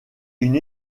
une